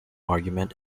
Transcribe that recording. argument